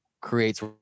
creates